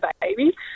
baby